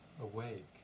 awake